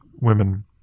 women